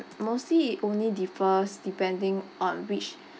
mostly it only differs depending on which